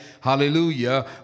Hallelujah